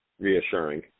reassuring